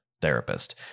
therapist